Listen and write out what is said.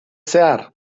zehar